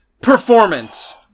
performance